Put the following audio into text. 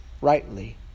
rightly